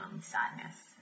sadness